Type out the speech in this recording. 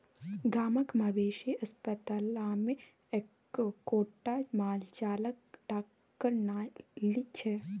गामक मवेशी अस्पतालमे एक्कोटा माल जालक डाकटर नहि छै